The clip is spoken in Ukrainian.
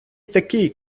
такий